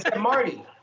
Marty